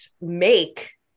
make